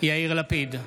יאיר לפיד,